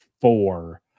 four